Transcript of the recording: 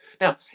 Now